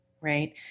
right